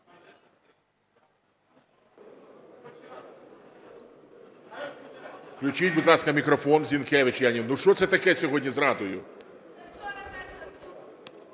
Включіть, будь ласка, мікрофон Зінкевич Яні. Ну що це таке сьогодні з "Радою"?